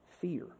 fear